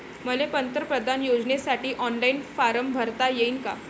मले पंतप्रधान योजनेसाठी ऑनलाईन फारम भरता येईन का?